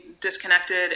disconnected